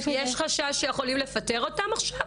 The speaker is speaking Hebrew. יש חשש שיכולים לפטר אותן עכשיו?